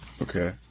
Okay